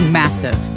massive